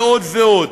ועוד ועוד,